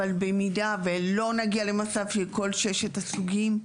אבל במידה ולא נגיע למצב של כל ששת הסוגים,